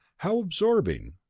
how absorbing!